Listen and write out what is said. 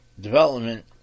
development